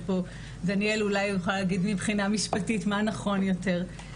דניאל אולי יוכל לומר מבחינה משפטית מה נכון יותר.